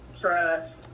trust